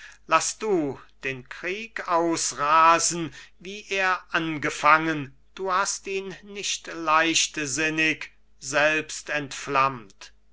laß du den krieg ausrasen wie er angefangen du hast ihn nicht leichtsinnig selbst entflammt